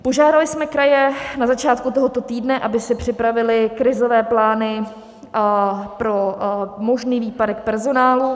Požádali jsme kraje na začátku tohoto týdne, aby si připravily krizové plány pro možný výpadek personálu.